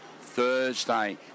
Thursday